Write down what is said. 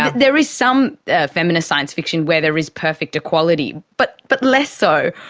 there is some feminist science fiction where there is perfect equality, but but less so.